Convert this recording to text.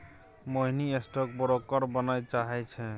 मोहिनी stock broker बनय चाहै छै